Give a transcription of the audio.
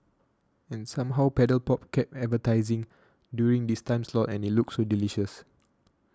and somehow Paddle Pop kept advertising during this time slot and it looked so delicious